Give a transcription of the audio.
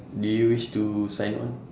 do you wish to sign on